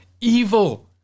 evil